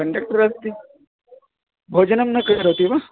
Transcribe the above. conductor अस्ति भोजनं न करोति वा